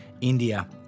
India